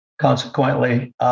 Consequently